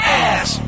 ass